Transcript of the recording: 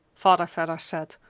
father vedder said,